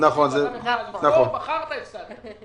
בחרת הפסדת.